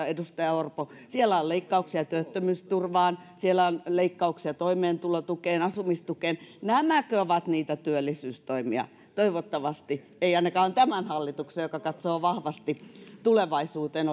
edustaja orpo siellä on leikkauksia työttömyysturvaan siellä on leikkauksia toimeentulotukeen asumistukeen nämäkö ovat niitä työllisyystoimia toivottavasti eivät ainakaan tämän hallituksen joka katsoo vahvasti tulevaisuuteen